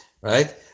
right